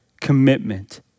commitment